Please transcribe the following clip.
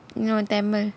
no tamil